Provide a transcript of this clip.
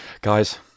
Guys